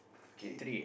okay